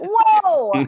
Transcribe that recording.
whoa